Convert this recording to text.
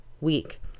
week